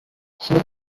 four